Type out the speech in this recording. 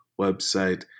website